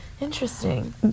interesting